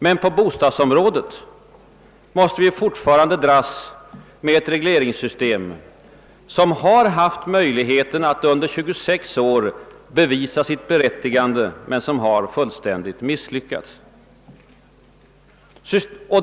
Men på bostadsområdet måste vi fortfarande dras med ett regleringssystem som har haft möjligheten att under 26 år bevisa sitt berättigande men som har fullständigt misslyckats.